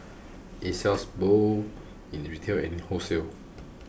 it sells both in retail and in wholesale